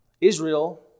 Israel